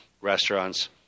restaurants